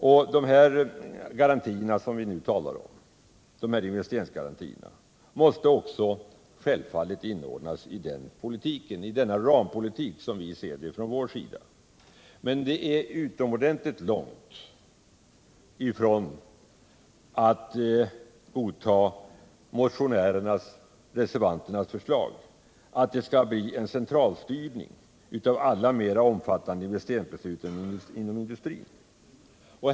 De investeringsgarantier som vi nu talar om måste självfallet också — som vi ser det från vår sida — inordnas i denna rampolitik, men det är utomordentligt långt från det till att godta motionärernas och reservanternas förslag om en centralstyrning av alla mer omfattande investeringsbeslut inom industrin.